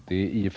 Herr talman!